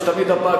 יש תמיד הפעם,